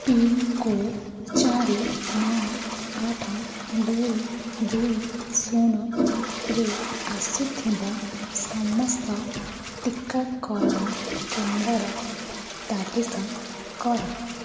pincode ଚାରି ନଅ ଆଠ ଦୁଇ ଦୁଇ ଶୂନରେ ଆସୁଥିବା ସମସ୍ତ ଟିକାକରଣ କେନ୍ଦ୍ରର ତାଲିକା କର